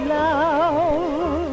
love